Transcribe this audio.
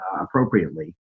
appropriately